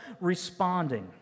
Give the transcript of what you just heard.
responding